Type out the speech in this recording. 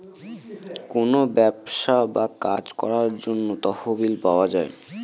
কোনো ব্যবসা বা কাজ করার জন্য তহবিল পাওয়া যায়